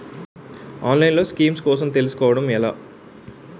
ఆన్లైన్లో స్కీమ్స్ కోసం తెలుసుకోవడం ఎలా?